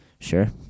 Sure